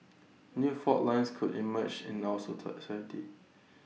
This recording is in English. new fault lines could emerge in our society